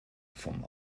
vom